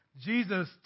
Jesus